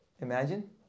Imagine